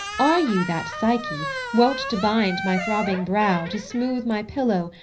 are you that psyche, wont to bind my throbbing brow, to smoothe my pillow,